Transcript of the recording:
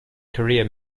career